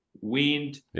wind